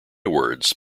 words